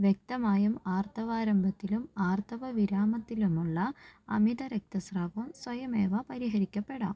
വ്യക്തമായും ആർത്തവാരംഭത്തിലും ആർത്തവവിരാമത്തിലുമുള്ള അമിത രക്തസ്രാവം സ്വയമേവ പരിഹരിക്കപ്പെടാം